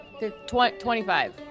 25